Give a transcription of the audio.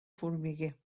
formiguer